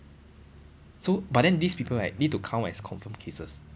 so but then these people right need to count as confirmed cases